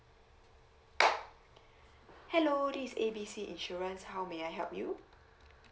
hello this is A B C insurance how may I help you